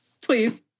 please